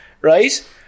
right